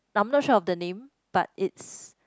I'm not sure of the name but it's